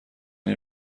این